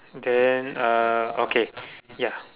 then uh okay ya